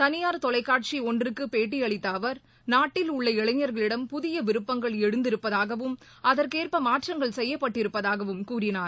தளியார் தொலைக்காட்சி ஒன்றுக்கு பேட்டியளித்த அவர் நாட்டில் உள்ள இளைஞர்களிடம் புதிய விருப்பங்கள் எழுந்திருப்பதாகவும் அதற்கேற்ப மாற்றங்கள் செய்யப்பட்டிருப்பதாகவும் கூறினார்